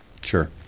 Sure